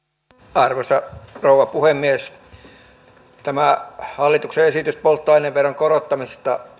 arvoisa rouva puhemies kyllähän tämä hallituksen esitys polttoaineveron korottamisesta